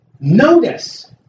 Notice